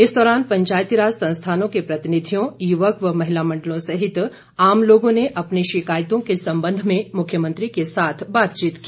इस दौरान पंचायतीराज संस्थानों के प्रतिनिधियों युवक व महिला मंडलों सहित आम लोगों ने अपनी शिकायतों के संबंध में मुख्यमंत्री के साथ बातचीत की